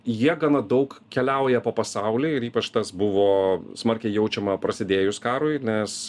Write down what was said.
jie gana daug keliauja po pasaulį ir ypač tas buvo smarkiai jaučiama prasidėjus karui nes